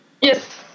Yes